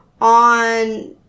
on